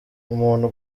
umuntu